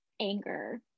anger